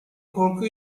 korku